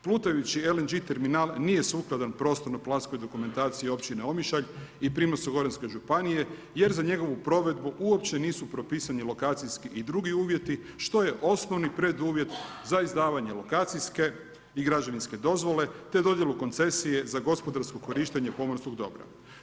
Plutajući LNG terminal nije sukladan prostorno planskoj dokumentaciji općine Omišalj i Primorsko goranske županije, jer za njegovu provedbu uopće nisu propisani lokacijski i drugi uvjeti što je osnovni preduvjet za izdavanje lokacijske i građevinske dozvole te dodijalu koncesije za gospodarsko korištenje pomorskog dobra.